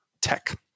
tech